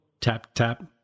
tap-tap